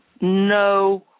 No